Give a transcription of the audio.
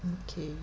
okay